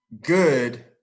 good